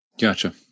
Gotcha